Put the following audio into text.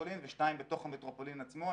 למטרופולין ושניים בתוך המטרופולין עצמו.